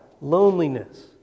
Loneliness